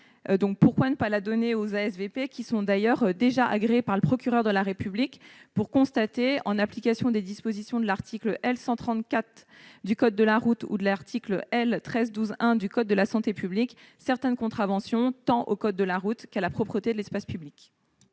Pourquoi ne pas la donner aux ASVP, qui sont déjà agréés par le procureur de la République pour constater, en application des dispositions de l'article L. 130-4 du code de la route ou de l'article L. 1312-1 du code de la santé publique, certaines contraventions tant au code de la route qu'à la propreté de l'espace public